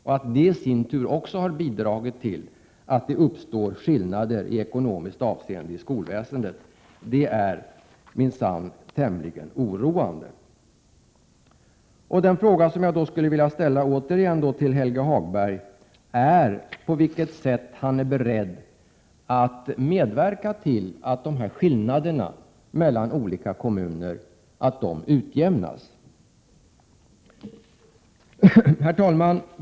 Och att detta i sin tur också har bidragit till att det uppstår skillnader i ekonomiskt avseende i skolväsendet är minsann tämligen oroande. En fråga som jag skulle vilja ställa — återigen till Helge Hagbergär: På vilket sätt är han beredd att medverka till att dessa skillnader mellan olika kommuner utjämnas? Herr talman!